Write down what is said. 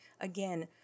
Again